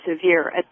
severe